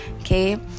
okay